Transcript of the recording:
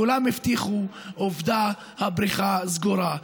כולם הבטיחו, עובדה, הבריכה סגורה.